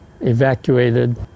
evacuated